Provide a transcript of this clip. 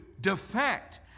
defect